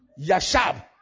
Yashab